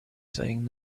saying